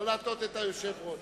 לא להטעות את היושב-ראש.